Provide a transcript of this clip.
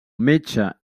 metge